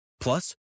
Plus